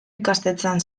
ikastetxean